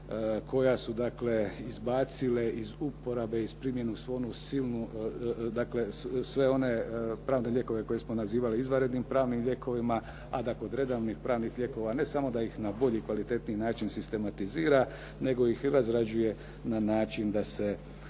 koja su dakle izbacile iz uporabe iz primjene svu onu silu, dakle sve one pravne lijekove koje smo nazivali izvanrednim pravnim lijekovima, a da kod redovnih pravnih lijekova ne samo da ih na bolji i kvalitetniji način sistematizira, nego ih razrađuje na način da se